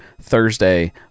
thursday